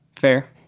fair